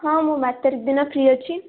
ହଁ ମୁଁ ବାର ତାରିଖ ଦିନ ଫ୍ରୀ ଅଛି